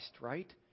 right